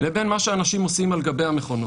לבין מה שאנשים עושים על גבי המכונות.